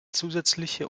zusätzliche